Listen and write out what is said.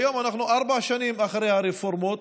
היום אנחנו ארבע שנים אחרי הרפורמות.